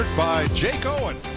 by jake owen.